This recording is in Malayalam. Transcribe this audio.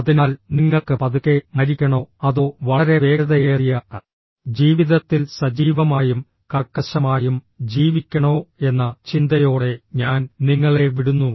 അതിനാൽ നിങ്ങൾക്ക് പതുക്കെ മരിക്കണോ അതോ വളരെ വേഗതയേറിയ ജീവിതത്തിൽ സജീവമായും കർക്കശമായും ജീവിക്കണോ എന്ന ചിന്തയോടെ ഞാൻ നിങ്ങളെ വിടുന്നു